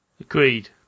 Agreed